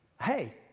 Hey